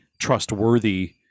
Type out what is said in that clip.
trustworthy